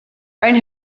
and